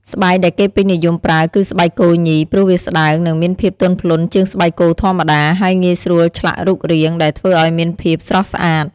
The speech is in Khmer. ស្បែកដែលគេពេញនិយមប្រើគឺស្បែកគោញី ព្រោះវាស្តើង និងមានភាពទន់ភ្លន់ជាងស្បែកគោធម្មតា ហើយងាយស្រួលឆ្លាក់រូបរាង ដែលធ្វើឲ្យមានភាពស្រស់ស្អាត។